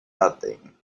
nothing